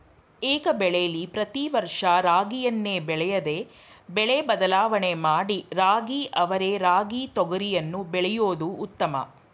ಏಕಬೆಳೆಲಿ ಪ್ರತಿ ವರ್ಷ ರಾಗಿಯನ್ನೇ ಬೆಳೆಯದೆ ಬೆಳೆ ಬದಲಾವಣೆ ಮಾಡಿ ರಾಗಿ ಅವರೆ ರಾಗಿ ತೊಗರಿಯನ್ನು ಬೆಳೆಯೋದು ಉತ್ತಮ